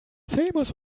famous